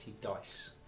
dice